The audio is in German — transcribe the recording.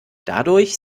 dadurch